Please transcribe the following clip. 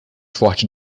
forte